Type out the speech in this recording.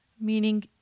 meaning